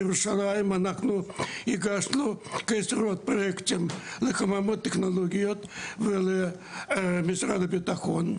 בירושלים אנחנו הגשנו עשרות פרויקטים בחממות טכנולוגיות ובמשרד הביטחון.